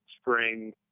spring